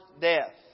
death